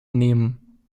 nehmen